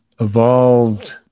evolved